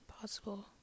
possible